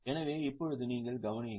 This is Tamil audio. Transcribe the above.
எனவே இப்போது நீங்கள் கவனியுங்கள்